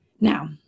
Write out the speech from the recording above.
Now